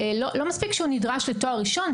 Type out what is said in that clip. לא מספיק שנדרש לתואר ראשון,